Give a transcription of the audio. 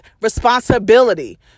responsibility